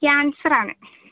cancer ആണ്